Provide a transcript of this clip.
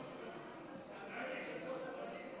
סדרנים,